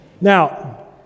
Now